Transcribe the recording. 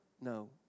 No